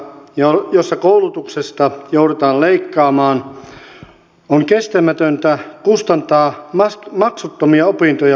tilanteessa jossa koulutuksesta joudutaan leikkaamaan on kestämätöntä kustantaa maksuttomia opintoja koko maailmalle